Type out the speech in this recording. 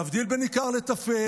להבדיל בין עיקר לטפל,